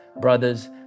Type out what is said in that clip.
brothers